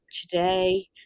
today